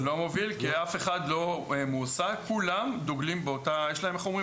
לא מוביל, כי כולם דוגלים איך אומרים?